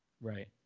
right